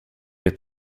upp